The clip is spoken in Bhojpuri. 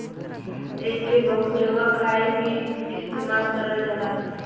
एइके बहुत जगह खाए मे भी इस्तेमाल करल जाला